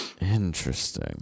Interesting